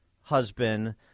husband